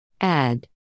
Add